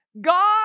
God